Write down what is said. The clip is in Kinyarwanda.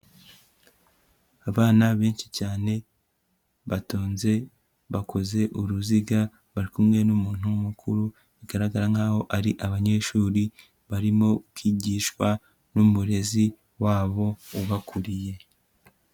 Abana benshi cyane, batonze, bakoze uruziga, bari kumwe n'umuntu mukuru, bigaragara nkaho ari abanyeshuri barimo kwigishwa n'umurezi wabo ubakuriye.